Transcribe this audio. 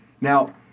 Now